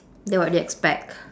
then what do you expect